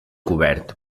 cobert